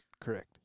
Correct